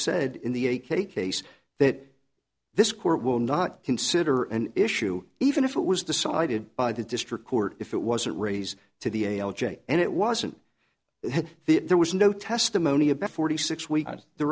said in the a k case that this court will not consider an issue even if it was decided by the district court if it wasn't raise to the a l j and it wasn't there was no testimony about forty six weeks the